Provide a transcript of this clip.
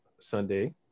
Sunday